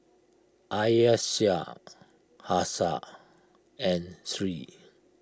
Aisyah Hafsa and Sri